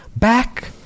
back